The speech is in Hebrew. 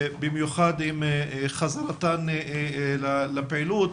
במיוחד עם חזרתם לפעילות.